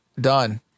done